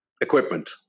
equipment